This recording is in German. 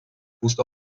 fußt